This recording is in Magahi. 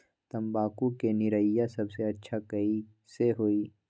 तम्बाकू के निरैया सबसे अच्छा कई से होई?